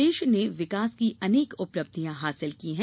प्रदेश ने विकास की अनेक उपलब्धियाँ हासिल की हैं